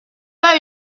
pas